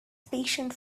patient